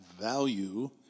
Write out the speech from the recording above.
value